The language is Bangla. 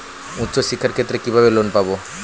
উচ্চশিক্ষার ক্ষেত্রে কিভাবে লোন পাব?